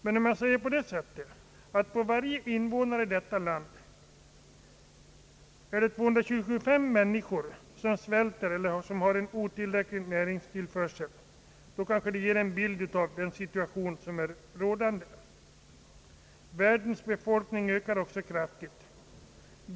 Men om jag säger på det sättet, att på varje invånare i vårt land är det 225 människor som svälter eller har en otillräcklig näringstillförsel kanske det ger en bild av den situation som är rådande. Världens befolkning ökar också kraftigt.